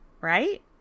right